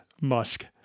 Musk